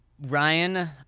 Ryan